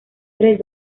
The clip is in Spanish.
tres